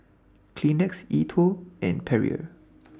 Kleenex E TWOW and Perrier